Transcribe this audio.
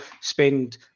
spend